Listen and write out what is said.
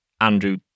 Andrew